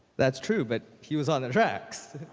that's true, but he was on the tracks.